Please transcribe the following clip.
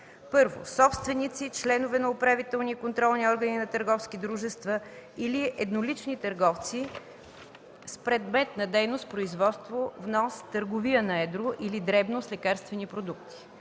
са: 1. собственици, членове на управителни и контролни органи на търговски дружества или еднолични търговци с предмет на дейност производство, внос, търговия на едро или дребно с лекарствени продукти;